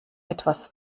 etwas